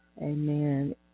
amen